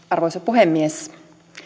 arvoisa puhemies